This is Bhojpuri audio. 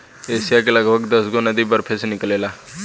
एशिया के लगभग दसगो नदी बरफे से निकलेला